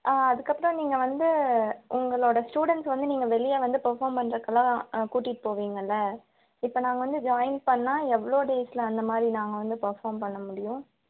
ஆ அதற்கப்பறம் நீங்கள் வந்து உங்களோட ஸ்டூடெண்ட்ஸ் வந்து நீங்கள் வெளியே வந்து பர்ஃபார்ம் பண்ணுறதுக்குலாம் கூட்டிகிட்டு போவீங்கள்ல இப்போ நாங்கள் வந்து ஜாயின் பண்ணால் எவ்வளோ டேஸில் அந்தமாதிரி நாங்கள் வந்து பர்ஃபார்ம் பண்ண முடியும்